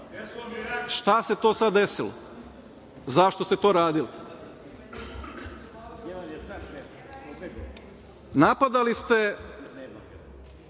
Šta se to sad desilo? Zašto ste to radili? Napadali ste